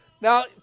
Now